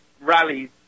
rallies